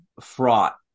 fraught